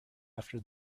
after